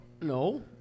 No